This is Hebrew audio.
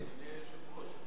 אדוני היושב-ראש,